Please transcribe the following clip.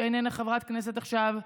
שאיננה חברת כנסת עכשיו,